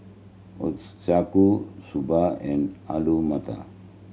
Ochazuke Soba and Alu Matar